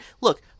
look